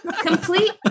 Complete